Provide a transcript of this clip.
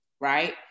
right